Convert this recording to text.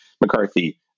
McCarthy